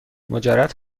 مجرد